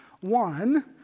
one